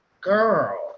girl